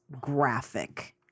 graphic